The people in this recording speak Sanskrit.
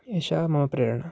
एषा मम प्रेरणा